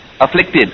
afflicted